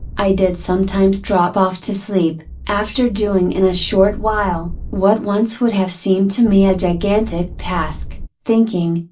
i did sometimes drop off to sleep, after doing in a short while, what once would have seemed to me a gigantic task, thinking,